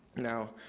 now,